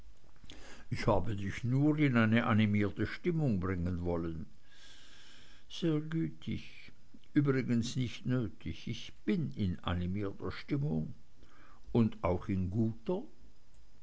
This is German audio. ich habe dich nur in eine animierte stimmung bringen wollen sehr gütig übrigens nicht nötig ich bin in animierter stimmung und auch in guter